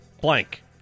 blank